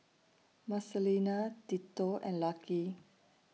Marcelina Tito and Lucky